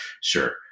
Sure